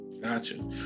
Gotcha